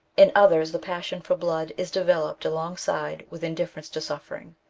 in others, the passion for blood is developed along side with indifference to suffering.